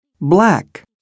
black